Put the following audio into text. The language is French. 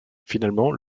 finalement